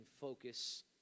focus